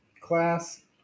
class